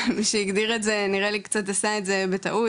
מי שהגדיר את זה נראה לי קצת עשה את זה בטעות,